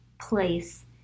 place